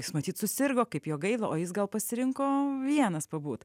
jis matyt susirgo kaip jo gaila o jis gal pasirinko vienas pabūt